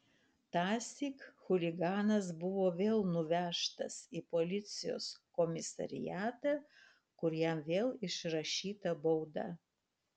tąsyk chuliganas buvo vėl nuvežtas į policijos komisariatą kur jam vėl išrašyta bauda